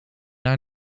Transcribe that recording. haar